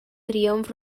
triomf